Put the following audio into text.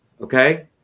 Okay